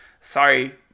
sorry